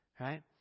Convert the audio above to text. Right